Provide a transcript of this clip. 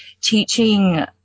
teaching